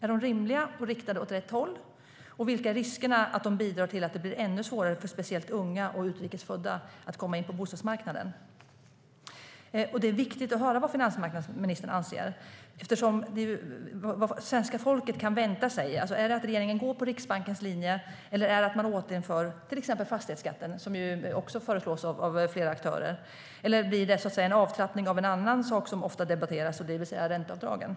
Är de rimliga och riktade åt rätt håll, och vilka är riskerna för att de bidrar till att det blir ännu svårare för speciellt unga och utrikes födda att komma in på bostadsmarknaden? Det är viktigt att höra vad finansmarknadsministern anser. Vad kan svenska folket vänta sig - att regeringen går på Riksbankens linje eller att man till exempel återinför fastighetsskatten, vilket ju har föreslagits av flera aktörer? Eller blir det en avtrappning av ränteavdragen, vilket ju också ofta debatteras?